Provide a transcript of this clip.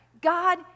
God